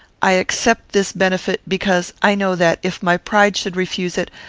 i accept this benefit, because i know that, if my pride should refuse it,